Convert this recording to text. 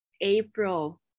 April